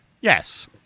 Yes